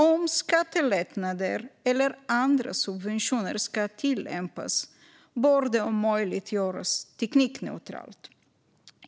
Och om skattelättnader eller andra subventioner ska tillämpas bör det om möjligt göras teknikneutralt.